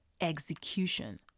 Execution